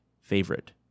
favorite